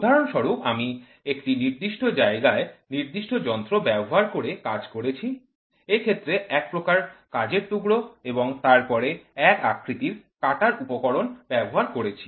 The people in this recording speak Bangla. উদাহরণস্বরূপ আমি একটি নির্দিষ্ট জায়গায় নির্দিষ্ট যন্ত্র ব্যবহার করে কাজ করেছি এক্ষেত্রে একই প্রকারের কাজের টুকর এবং তার পরে একই জ্যামিতি আকৃতির কাটার সরঞ্জাম ব্যবহার করেছি